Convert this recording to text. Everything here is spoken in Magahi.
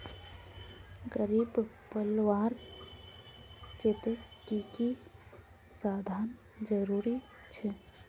बकरी पलवार केते की की साधन जरूरी छे?